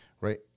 right